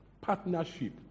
partnership